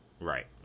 Right